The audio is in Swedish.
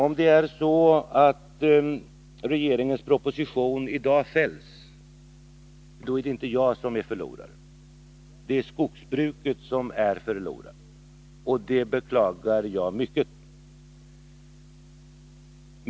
Om regeringens proposition i dag fälls, är det inte jag som är = av bekämpningsförloraren — det är skogsbruket. Och det beklagar jag mycket.